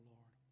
Lord